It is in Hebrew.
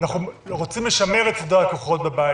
אנחנו רוצים לשמר את יחסי הכוחות בבית